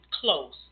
close